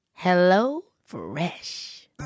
HelloFresh